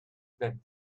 that